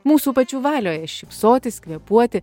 mūsų pačių valioje šypsotis kvėpuoti